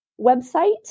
website